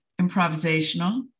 improvisational